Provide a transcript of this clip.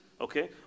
okay